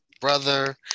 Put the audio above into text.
brother